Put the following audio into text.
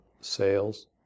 sales